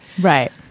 Right